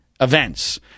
events